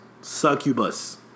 Succubus